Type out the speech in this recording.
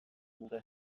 dute